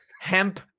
hemp